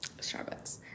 Starbucks